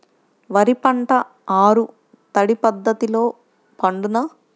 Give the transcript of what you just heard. వరి పంట ఆరు తడి పద్ధతిలో పండునా?